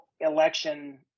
election